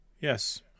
Yes